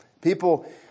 People